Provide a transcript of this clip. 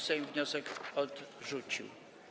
Sejm wniosek odrzucił.